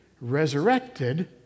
resurrected